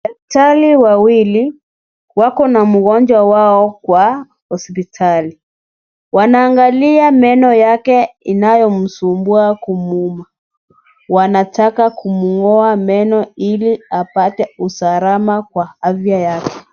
Daktari wawili, wako na mgonjwa wao kwa hospitali. Wanaangalia meno yake inayomsumbua kumuuma. Wanataka kumng'oa meno ili apate usalama kwa afya yake.